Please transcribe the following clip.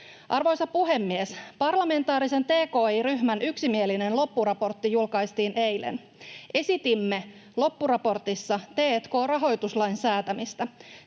Arvoisa puhemies! Parlamentaarisen tki-ryhmän yksimielinen loppuraportti julkaistiin eilen. Esitimme loppuraportissa t&k-rahoituslain säätämistä.